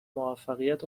موفقیت